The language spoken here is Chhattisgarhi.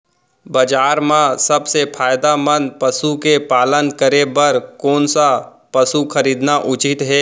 बजार म सबसे फायदामंद पसु के पालन करे बर कोन स पसु खरीदना उचित हे?